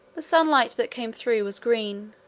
the sunlight that came through was green,